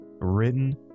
Written